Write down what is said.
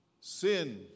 Sin